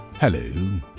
Hello